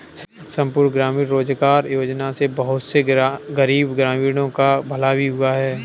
संपूर्ण ग्रामीण रोजगार योजना से बहुत से गरीब ग्रामीणों का भला भी हुआ है